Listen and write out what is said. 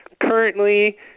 currently